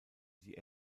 die